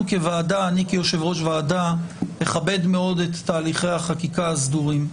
כיושב-ראש ועדה אכבד מאוד את תהליכי החקיקה הסדורים.